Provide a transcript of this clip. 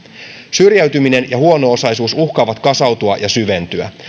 syrjäytyminen ja huono osaisuus uhkaavat kasautua ja syventyä